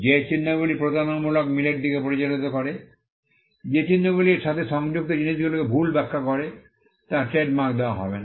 যে চিহ্নগুলি প্রতারণামূলক মিলের দিকে পরিচালিত করে যে চিহ্নগুলি এর সাথে সংযুক্ত জিনিসগুলিকে ভুল ব্যাখ্যা করে তা ট্রেডমার্ক দেওয়া হবে না